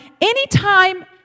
anytime